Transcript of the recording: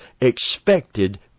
expected